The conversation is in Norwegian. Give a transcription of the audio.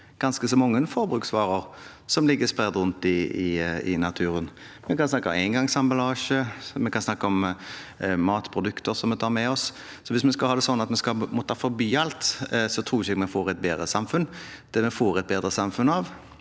ganske så mange forbruksvarer som ligger spredd rundt om i naturen. Vi kan snakke om engangsemballasje, og vi kan snakke om matprodukter som vi tar med oss. Hvis vi skal ha det sånn at vi skal forby alt, tror jeg ikke vi får et bedre samfunn. Det vi får et bedre samfunn av,